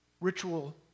Ritual